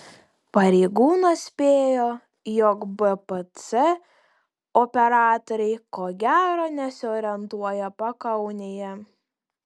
pareigūnas spėjo jog bpc operatoriai ko gero nesiorientuoja pakaunėje